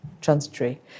transitory